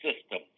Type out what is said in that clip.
system